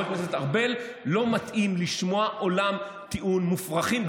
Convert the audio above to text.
הכנסת ארבל לא מתאים לשמוע עולם טיעונים מופרכים,